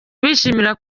bishimira